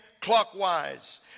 clockwise